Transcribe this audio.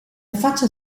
affaccia